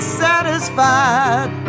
satisfied